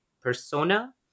persona